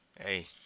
Hey